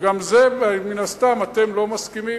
גם לזה, מן הסתם, אתם לא מסכימים.